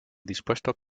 dispuestos